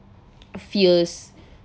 fierce